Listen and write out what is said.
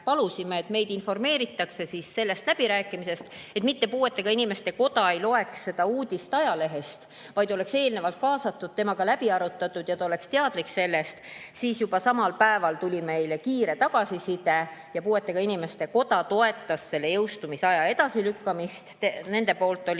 et meid informeeritaks sellest läbirääkimisest, selleks et puuetega inimeste koda ei loeks seda uudist ajalehest, vaid oleks eelnevalt kaasatud, et see oleks temaga läbi arutatud ja ta oleks sellest teadlik, siis juba samal päeval tuli meile kiire tagasiside, et puuetega inimeste koda toetas selle jõustumisaja edasilükkamist. Nende arvates